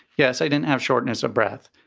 yes. i didn't have shortness of breath,